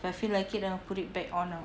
but I feel like it then I'll put it back on lah